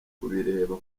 kubireba